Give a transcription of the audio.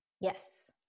Yes